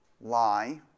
lie